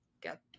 get